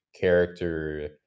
character